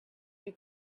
you